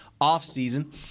offseason